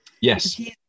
Yes